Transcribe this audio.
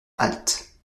halte